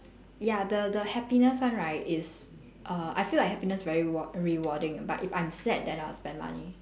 ya the the happiness one right is err I feel like happiness very ward~ rewarding but if I'm sad then I'll spend money